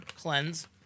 Cleanse